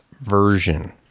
version